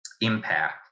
impact